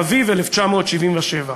באביב 1977,